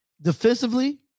defensively